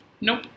Nope